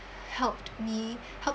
helped me helped